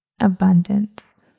abundance